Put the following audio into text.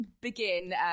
begin